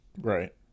right